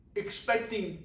expecting